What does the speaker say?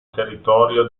territorio